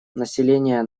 население